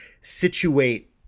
situate